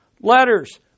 letters